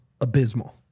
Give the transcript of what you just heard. abysmal